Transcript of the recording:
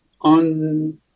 on